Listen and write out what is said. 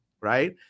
right